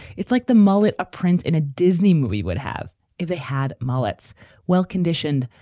it's like the mullet a prince in a disney movie would have if they had mullet's well conditioned,